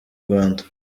rwanda